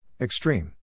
Extreme